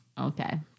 Okay